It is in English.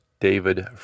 David